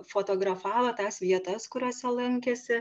fotografavo tas vietas kuriose lankėsi